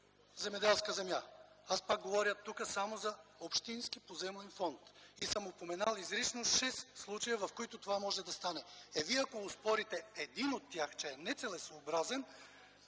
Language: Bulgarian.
земеделска земя. Аз пак говоря тук само за общинския поземлен фонд и съм упоменал изрично шест случая, в които това може да стане. Ако Вие оспорите един от тях, че е нецелесъобразен,